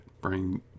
Bring